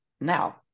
now